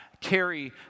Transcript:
carry